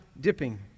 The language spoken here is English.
dipping